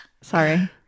sorry